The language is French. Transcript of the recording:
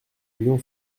lion